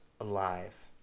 alive